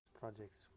projects